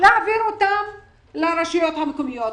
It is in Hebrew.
לא העבירו אותם לרשויות המקומיות,